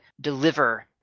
deliver